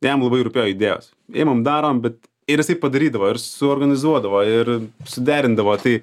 jam labai rūpėjo idėjos imam darom bet ir jisai padarydavo ir suorganizuodavo ir suderindavo tai